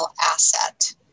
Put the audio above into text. asset